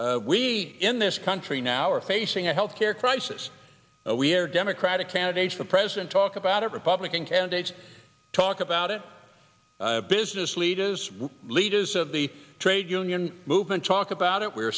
we in this country now are facing a health care crisis we're democratic candidates the president talk about it republican candidates talk about it business leaders leaders of the trade union movement talk about it we